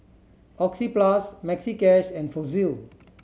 Oxyplus Maxi Cash and Fossil